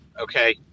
okay